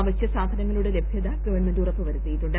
അവശ്യ സാധനങ്ങളുടെ ലഭ്യത ഗവൺമെന്റ് ഉറപ്പു വരുത്തിയിട്ടുണ്ട്